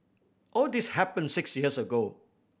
all this happened six years ago